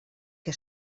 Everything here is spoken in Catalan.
que